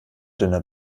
dünner